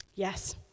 Yes